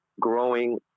growing